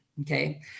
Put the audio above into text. okay